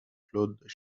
claude